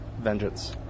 Vengeance